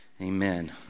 Amen